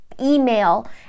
email